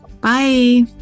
Bye